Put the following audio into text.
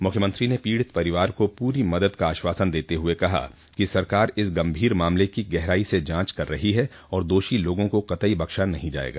मुख्यमंत्री ने पीड़ित परिवार को पूरी मदद का आश्वासन देते हुए कहा कि सरकार इस गंभीर मामले की गहराई से जांच कर रही हैं और दोषी लोगों को कतई बख्शा नहीं जायेगा